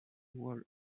whole